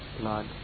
blood